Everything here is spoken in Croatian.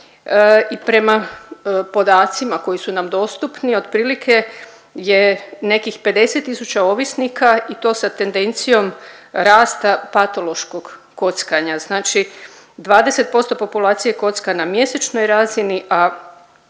I prema podacima koji su nam dostupni otprilike je nekih 50 tisuća ovisnika i to sa tendencijom rasta patološkog kockanja. Znači 20% populacije kocka na mjesečnoj razini,